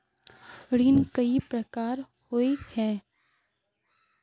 ऋण कई प्रकार होए है?